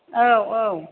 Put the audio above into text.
औ औ